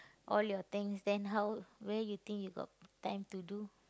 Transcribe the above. all your things then how where you think you got time to do